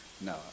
No